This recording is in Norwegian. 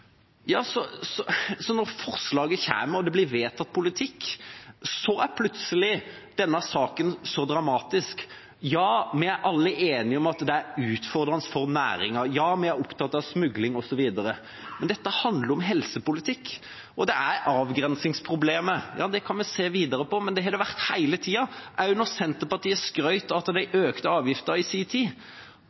Ja, vi er alle enige om at det er utfordrende for næringen. Ja, vi er opptatt av smugling osv. Men dette handler om helsepolitikk. Det er avgrensingsproblemer, det kan vi se nærmere på, men det har det vært hele tiden, også da Senterpartiet skrøt av at de økte avgiftene i sin tid.